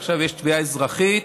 ועכשיו יש תביעה אזרחית,